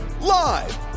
live